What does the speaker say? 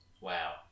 Wow